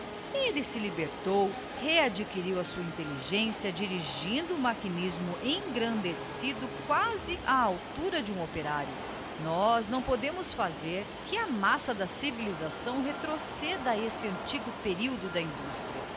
elle se libertou readquiriu a sua intelligencia dirigindo o machinismo engrandecido quasi á altura de um operário nós não podemos fazer que a massa da civilisação retroceda a esse antigo periodo da industria